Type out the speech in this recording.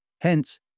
Hence